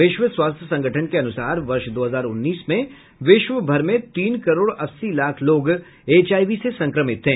विश्व स्वास्थ्य संगठन के अनुसार वर्ष दो हजार उन्नीस में विश्वभर में तीन करोड़ अस्सी लाख लोग एचआईवी से संक्रमित थे